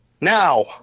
now